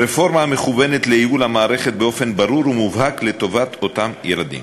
רפורמה המכוונת לייעול המערכת באופן ברור ומובהק לטובת אותם ילדים.